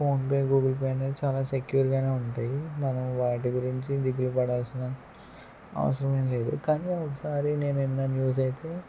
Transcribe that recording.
PhonePe Google Pay అనేది చాలా సెక్యూర్గానే ఉంటాయి మనం వాటి గురించి దిగులు పడాల్సిన అవసరమేమీ లేదు కానీ ఒకసారి నేను విన్న న్యూస్ అయితే